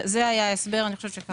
אני חושבת שזה ההסבר שקראת.